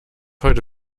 heute